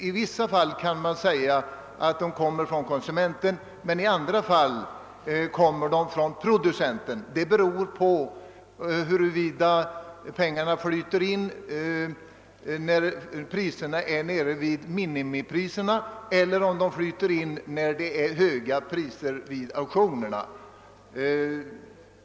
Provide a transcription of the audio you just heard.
I vissa fall kommer pengarna från konsumenten men i andra fall från producenten, beroende på huruvida pengarna flyter in när priserna ligger på miniminivå eller om de flyter in vid auktionerna när priserna är höga.